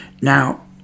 Now